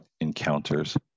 encounters